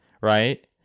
right